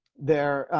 there.